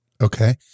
Okay